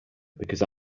because